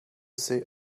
sit